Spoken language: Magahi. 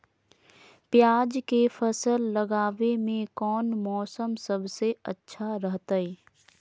प्याज के फसल लगावे में कौन मौसम सबसे अच्छा रहतय?